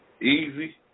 Easy